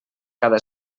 cada